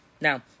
Now